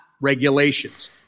regulations